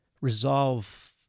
resolve